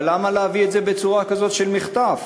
אבל למה להביא את זה בצורה כזו של מחטף?